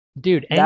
Dude